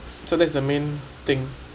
so that's the main thing